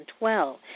2012